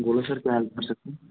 बोलो सर क्या हेल्प कर सकते हैं